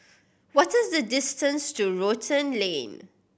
what is the distance to Rotan Lane